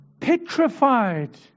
Petrified